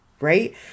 right